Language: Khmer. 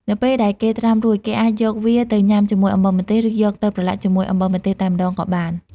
នៅពេលដែលគេត្រាំរួច គេអាចយកវាទៅញុាំជាមួយអំបិលម្ទេស ឬយកទៅប្រឡាក់ជាមួយអំបិលម្ទេសតែម្តងក៏បាន។